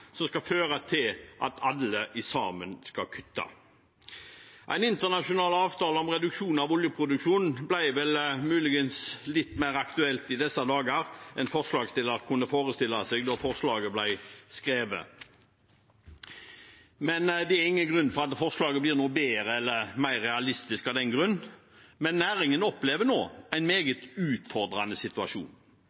som skal føre til at alle sammen skal kutte. En internasjonal avtale om reduksjon av oljeproduksjon ble muligens litt mer aktuell i disse dager enn det forslagsstillerne kunne forestille seg da forslaget ble skrevet, men forslaget blir ikke bedre eller mer realistisk av den grunn. Næringen opplever nå en meget utfordrende situasjon